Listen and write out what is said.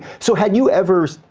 so had you ever,